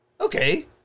Okay